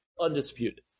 undisputed